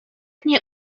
nie